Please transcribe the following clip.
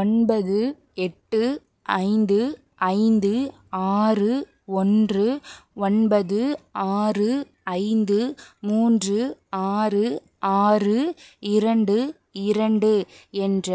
ஒன்பது எட்டு ஐந்து ஐந்து ஆறு ஒன்று ஒன்பது ஆறு ஐந்து மூன்று ஆறு ஆறு இரண்டு இரண்டு என்ற